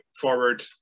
forward